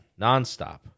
Nonstop